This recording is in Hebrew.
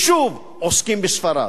ושוב עוסקים בספרד.